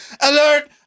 alert